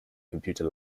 computer